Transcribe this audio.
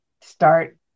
start